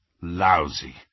Lousy